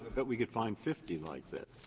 bet we could find fifty like that.